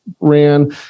ran